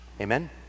Amen